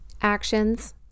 actions